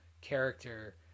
character